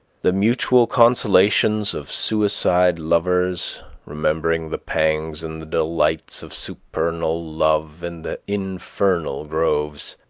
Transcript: the mutual consolations of suicide lovers remembering the pangs and the delights of supernal love in the infernal groves.